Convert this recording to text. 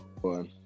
one